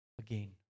again